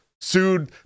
Sued